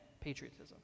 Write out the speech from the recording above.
patriotism